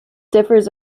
differs